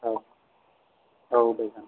औ दे जागोन